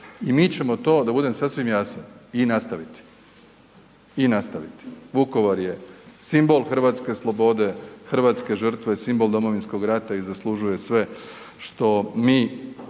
I mi ćemo to da budem sasvim jasan i nastaviti. I nastaviti, Vukovar je simbol hrvatske slobode, hrvatske žrtve, simbol Domovinskog rata i zaslužuje sve što mi